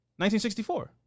1964